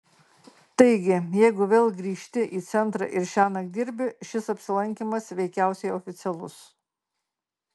taigi jeigu vėl grįžti į centrą ir šiąnakt dirbi šis apsilankymas veikiausiai oficialus